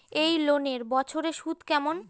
এই লোনের বছরে সুদ কেমন?